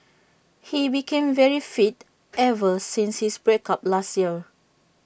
he became very fit ever since his break up last year